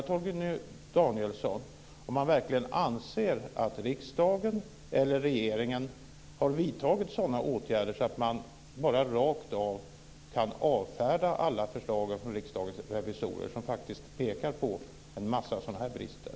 Torgny Danielsson om han verkligen anser att riksdagen eller regeringen har vidtagit sådana åtgärder att man bara rakt av kan avfärda alla förslag från Riksdagens revisorer, som faktiskt pekar på en massa sådana här brister.